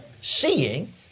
seeing